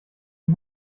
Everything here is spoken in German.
die